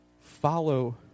follow